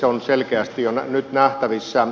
se on selkeästi jo nyt nähtävissä